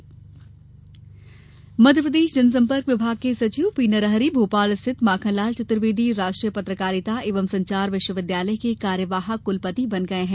P Narhari Madhya Pradesh जनसंपर्क विभाग के सचिव पी नरहरि भोपाल स्थित माखनलाल चतुर्वेदी राष्ट्रीय पत्रकारिता एवं संचार विश्वविद्यालय के कार्यवाहक क्लपति बनाए गए हैं